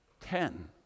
Ten